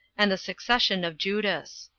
and the succession of judas.